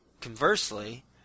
conversely